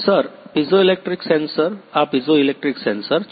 sir piezoelectric sensor આ piezoelectric sensor છે